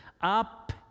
up